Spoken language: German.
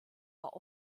war